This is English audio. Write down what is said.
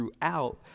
throughout